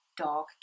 dog